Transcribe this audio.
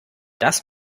das